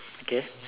okay